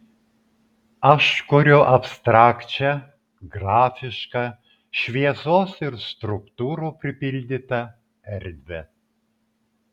aš kuriu abstrakčią grafišką šviesos ir struktūrų pripildytą erdvę